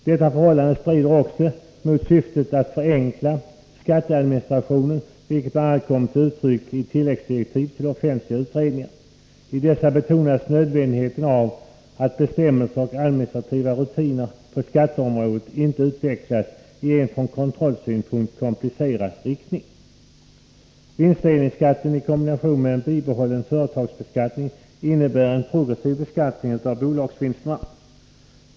Detta förhållande strider också mot syftet att förenkla skatteadministrationen, vilket bl.a. har kommit till uttryck i tilläggsdirektiven till de offentliga utredningarna. I dessa betonas nödvändigheten av att bestämmelser och administrativa rutiner på skatteområdet inte utvecklas i en från kontrollsynpunkt komplicerad riktning. Vinstdelningsskatten, i kombination med en bibehållen företagsbeskattning, innebär en progressiv beskattning av bolagsvinster.